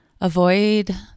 avoid